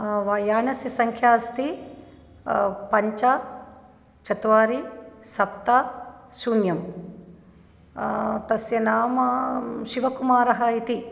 वा यानस्य सङ्ख्या अस्ति पञ्च चत्वारि सप्त शून्यं तस्य नाम शिवकुमारः इति